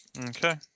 Okay